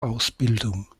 ausbildung